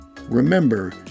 Remember